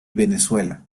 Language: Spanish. venezuela